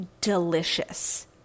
delicious